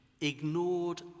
ignored